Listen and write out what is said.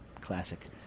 Classic